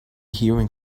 hearing